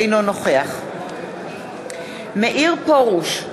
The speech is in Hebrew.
אינו נוכח מאיר פרוש,